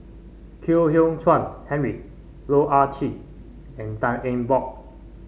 Kwek Hian Chuan Henry Loh Ah Chee and Tan Eng Bock